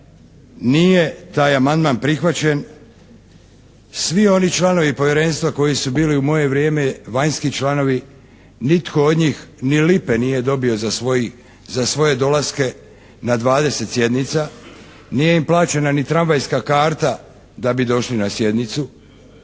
Nije taj amandman prihvaćen. Svi oni članovi Povjerenstva koji su bili u moje vrijeme vanjski članovi nitko od njih ni lipe nije dobio za svoje dolaske na 20 sjednica, nije im plaćena ni tramvajska karta da bi došli na sjednicu,